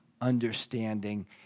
understanding